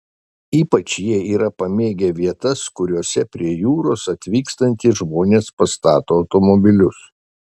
ypač jie yra pamėgę vietas kuriose prie jūros atvykstantys žmones pastato automobilius